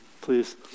Please